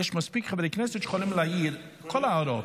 יש מספיק חברי כנסת שיכולים להעיר את כל ההערות.